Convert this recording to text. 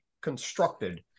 constructed